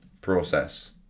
Process